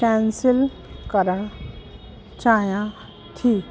cancel करणु चाहियां थी